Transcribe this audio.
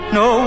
no